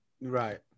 Right